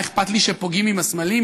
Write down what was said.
מה אכפת לי שפוגעים בסמלים,